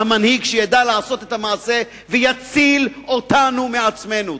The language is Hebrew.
המנהיג שידע לעשות את המעשה ויציל אותנו מעצמנו.